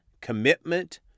commitment